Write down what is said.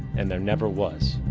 and there never was.